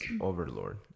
Overlord